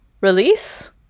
Release